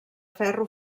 ferro